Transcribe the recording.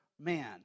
man